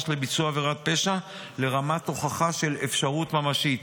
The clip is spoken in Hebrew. לביצוע עבירת פשע לרמת הוכחה של אפשרות ממשית.